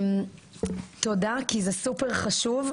כי זה סופר חשוב.